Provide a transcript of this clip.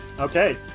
Okay